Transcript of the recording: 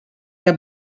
der